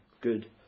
good